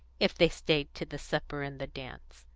if they stayed to the supper and the dance?